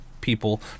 people